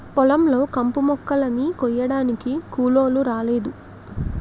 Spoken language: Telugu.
పొలం లో కంపుమొక్కలని కొయ్యడానికి కూలోలు రాలేదు